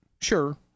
Sure